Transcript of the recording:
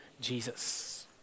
Jesus